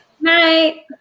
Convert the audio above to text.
night